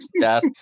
death